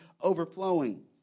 overflowing